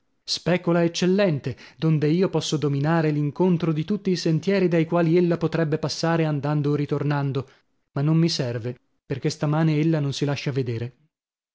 specola eccellente donde io posso dominare l'incontro di tutti i sentieri dai quali ella potrebbe passare andando o ritornando ma non mi serve perchè stamane ella non si lascia vedere